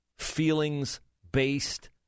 feelings-based